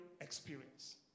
experience